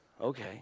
Okay